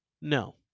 No